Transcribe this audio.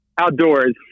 outdoors